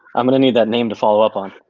i'm gonna need that name to follow up on.